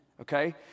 Okay